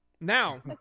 Now